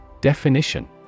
Definition